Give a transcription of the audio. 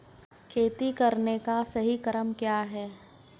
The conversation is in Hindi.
खेती करने का सही क्रम क्या है?